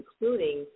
including